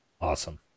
awesome